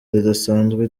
ridasanzwe